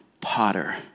potter